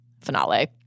Finale